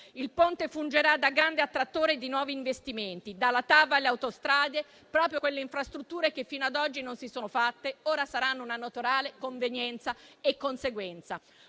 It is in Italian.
Il Ponte fungerà da grande attrattore di nuovi investimenti: dalla TAV alle autostrade, proprio quelle infrastrutture che fino ad oggi non si sono fatte ora saranno una naturale convenienza e conseguenza.